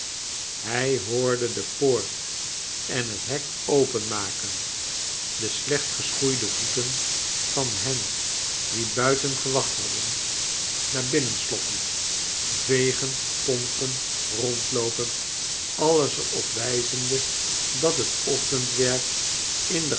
hij hoorde de poort en het hek openmaken de slecht geschoeide voeten van hen die buiten gewacht hadden naar binnen sloffen yegen pompen rondloopen alles er op wijzende dat het ochtendwerk in de